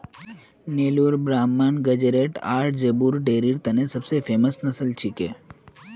Nellore Brahman Guzerat आर ज़ेबू डेयरीर तने सब स फेमस नस्ल छिके